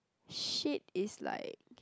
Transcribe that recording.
shit is like